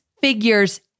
figures